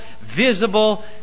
visible